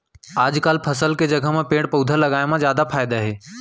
आजकाल फसल के जघा म पेड़ पउधा लगाए म जादा फायदा हे